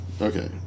okay